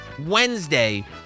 Wednesday